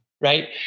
right